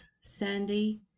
sandy